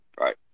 Right